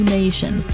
Nation 。